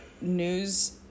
news